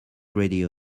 radio